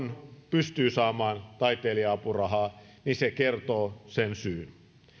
pystyy saamaan taiteilija apurahaa kertoo sen syyn